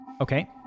Okay